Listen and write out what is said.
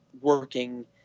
working